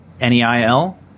N-E-I-L